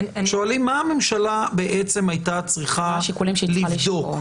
שואלים מה הממשלה בעצם הייתה צריכה לבדוק.